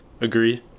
agree